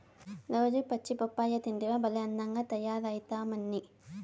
రోజూ పచ్చి బొప్పాయి తింటివా భలే అందంగా తయారైతమ్మన్నీ